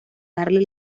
darle